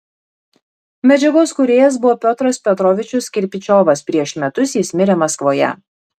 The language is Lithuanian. medžiagos kūrėjas buvo piotras petrovičius kirpičiovas prieš metus jis mirė maskvoje